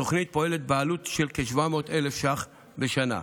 התוכנית פועלת בעלות של כ-700,000 ש"ח בשנה.